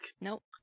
Nope